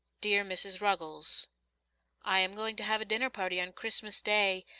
dear mrs. ruggles i am going to have a dinner-party on christmas day,